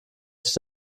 sich